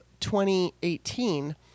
2018